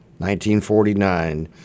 1949